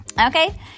Okay